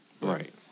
Right